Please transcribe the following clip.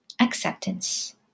acceptance